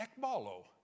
ekbalo